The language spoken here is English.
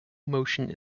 motion